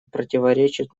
противоречит